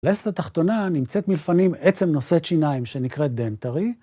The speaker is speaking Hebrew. לסת התחתונה נמצאת מלפנים עצם נושא שיניים שנקראת דנטרי.